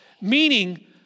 Meaning